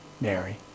Mary